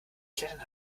klettern